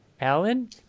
Alan